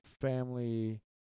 family